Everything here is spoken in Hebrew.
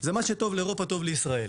זה "מה שטוב לאירופה טוב לישראל".